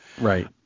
Right